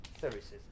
services